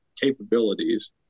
capabilities